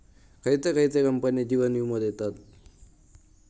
खयचे खयचे कंपने जीवन वीमो देतत